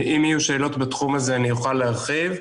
אם יהיו שאלות בתחום הזה אני אוכל להרחיב.